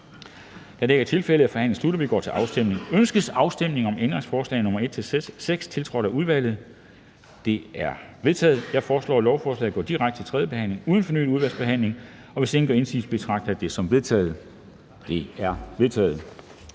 Afstemning Formanden (Henrik Dam Kristensen): Ønskes afstemning om ændringsforslag nr. 1, tiltrådt af udvalget? Det er vedtaget. Jeg foreslår, at lovforslaget går direkte til tredje behandling uden fornyet udvalgsbehandling. Hvis ingen gør indsigelse, betragter jeg det som vedtaget. Det er vedtaget.